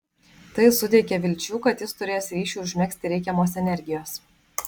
tai suteikė vilčių kad jis turės ryšiui užmegzti reikiamos energijos